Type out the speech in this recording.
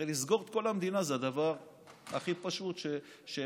הרי לסגור את כל המדינה זה הדבר הכי פשוט שאפשר,